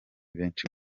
benshi